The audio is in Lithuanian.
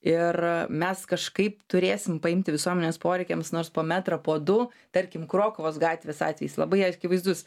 ir mes kažkaip turėsim paimti visuomenės poreikiams nors po metrą po du tarkim krokuvos gatvės atvejis labai akivaizdus